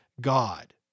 God